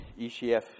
ECF